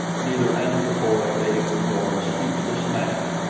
neither anthropoid ape nor speechless man.